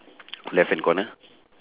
left hand corner